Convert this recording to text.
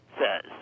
says